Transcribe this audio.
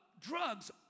drugs